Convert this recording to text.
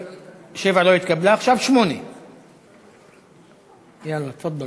7 לא התקבלה, עכשיו 8. יאללה, תפאדל.